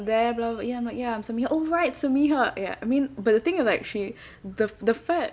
there blah blah blah ya I'm like ya I'm samiha oh right samiha ya I mean but the thing is like she the the fact